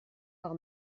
par